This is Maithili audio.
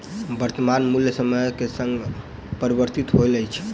वर्त्तमान मूल्य समय के संग परिवर्तित होइत अछि